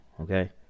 okay